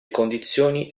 condizioni